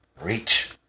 reach